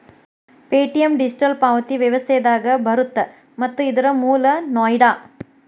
Paytm digital ಪಾವತಿ ವ್ಯವಸ್ಥೆದಾಗ ಬರತ್ತ ಮತ್ತ ಇದರ್ ಮೂಲ ನೋಯ್ಡಾ